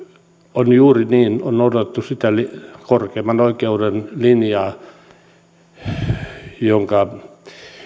on juuri niin on noudatettu sitä korkeimman oikeuden linjaa joka